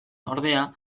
ordea